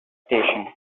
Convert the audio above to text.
station